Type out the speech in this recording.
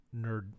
nerd